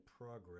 progress